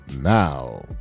now